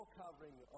covering